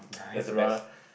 that's the best